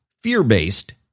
fear-based